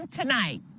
tonight